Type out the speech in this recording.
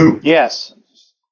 Yes